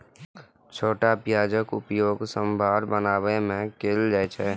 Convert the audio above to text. छोट प्याजक उपयोग सांभर बनाबै मे कैल जाइ छै